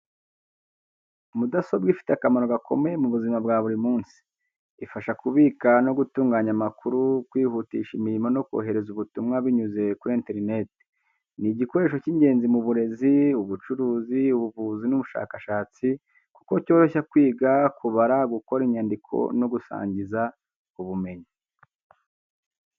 Mudasobwa ifite akamaro gakomeye mu buzima bwa buri munsi. Ifasha kubika no gutunganya amakuru, kwihutisha imirimo no korohereza ubutumwa binyuze kuri interineti. Ni igikoresho cy’ingenzi mu burezi, ubucuruzi, ubuvuzi n’ubushakashatsi kuko cyoroshya kwiga, kubara, gukora inyandiko no gusangira ubumenyi.